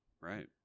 right